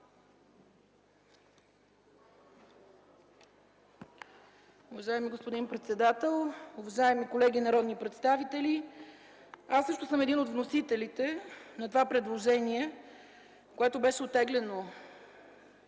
Уважаеми господин председател, уважаеми колеги народни представители! Аз също съм един от вносителите на това предложение, което беше оттеглено